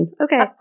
Okay